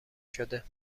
شده